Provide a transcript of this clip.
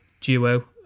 duo